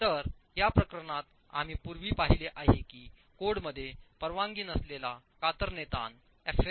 तर या प्रकरणात आम्ही पूर्वी पाहिले आहे की कोडमध्ये परवानगी नसलेला कातरणे ताणfs 0